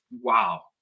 wow